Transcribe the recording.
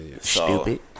Stupid